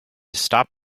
stop